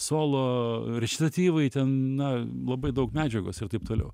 solo rečitatyvai ten na labai daug medžiagos ir taip toliau